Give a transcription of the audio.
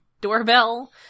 doorbell